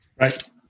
Right